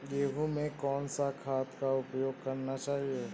गेहूँ में कौन सा खाद का उपयोग करना चाहिए?